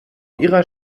ihrer